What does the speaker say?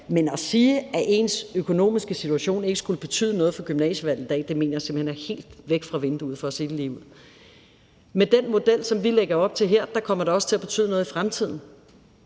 men at sige, at ens økonomiske situation ikke skulle betyde noget for gymnasievalget i dag, mener jeg simpelt hen er helt væk fra vinduet for at sige det ligeud. Med den model, som vi lægger op til her, kommer det også til at betyde noget i fremtiden,